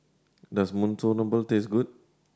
does Monsunabe taste good